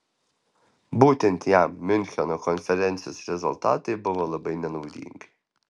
būtent jam miuncheno konferencijos rezultatai buvo labai nenaudingi